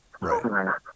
Right